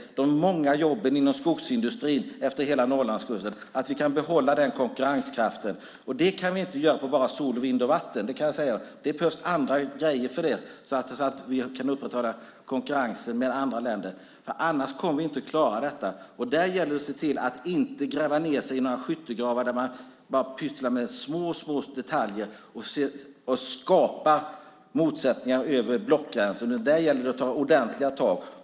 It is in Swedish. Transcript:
nämligen de många jobben inom skogsindustrin efter hela Norrlandskusten. Det kan vi inte göra på bara sol, vind och vatten, det kan jag säga. Det behövs andra grejer för det, så att vi kan upprätthålla konkurrensen med andra länder. Annars kommer vi inte att klara detta. Här gäller det att se till att inte gräva ned sig i några skyttegravar där man bara pysslar med små, små detaljer och skapar motsättningar över blockgränsen. Där gäller det att ta ordentliga tag.